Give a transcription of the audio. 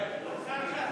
שר העבודה,